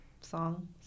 song